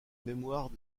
mémoire